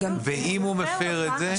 אם הוא מפר את זה?